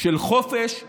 של חופש הדיבור.